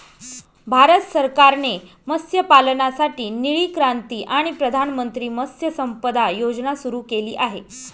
भारत सरकारने मत्स्यपालनासाठी निळी क्रांती आणि प्रधानमंत्री मत्स्य संपदा योजना सुरू केली आहे